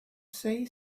say